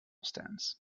stands